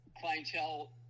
clientele